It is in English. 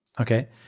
okay